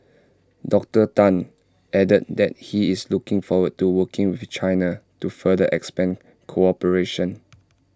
Doctor Tan added that he is looking forward to working with China to further expand cooperation